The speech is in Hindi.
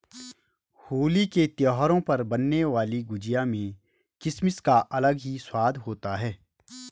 होली के त्यौहार पर बनने वाली गुजिया में किसमिस का अलग ही स्वाद होता है